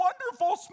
wonderful